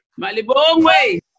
Malibongwe